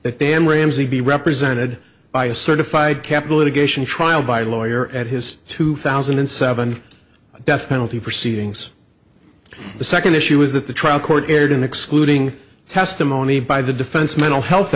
that dan ramsey be represented by a certified capital a geisha a trial by a lawyer at his two thousand and seven death penalty proceedings the second issue is that the trial court erred in excluding testimony by the defense mental health